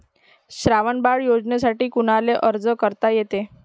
श्रावण बाळ योजनेसाठी कुनाले अर्ज करता येते?